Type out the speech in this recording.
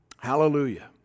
Hallelujah